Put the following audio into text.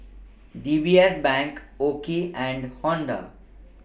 D B S Bank OKI and Honda